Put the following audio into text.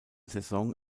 saison